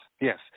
yes